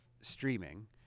streaming